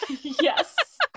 yes